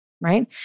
right